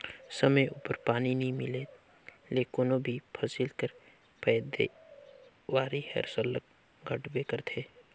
समे उपर पानी नी मिले ले कोनो भी फसिल कर पएदावारी हर सरलग घटबे करथे